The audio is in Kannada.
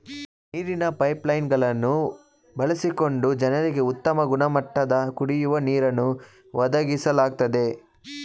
ನೀರಿನ ಪೈಪ್ ಲೈನ್ ಗಳನ್ನು ಬಳಸಿಕೊಂಡು ಜನರಿಗೆ ಉತ್ತಮ ಗುಣಮಟ್ಟದ ಕುಡಿಯೋ ನೀರನ್ನು ಒದಗಿಸ್ಲಾಗ್ತದೆ